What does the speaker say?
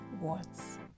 Words